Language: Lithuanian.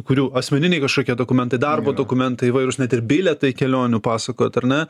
kurių asmeniniai kažkokie dokumentai darbo dokumentai įvairūs net ir bilietai kelionių pasakojot ar ne